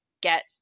get